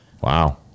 Wow